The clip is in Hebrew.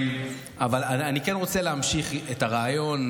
אבל אני כן רוצה להמשיך את הרעיון,